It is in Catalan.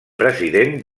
president